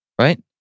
right